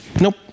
Nope